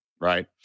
Right